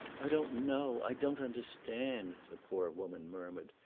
i don't know, i don't understand, the poor woman murmured,